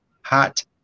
hot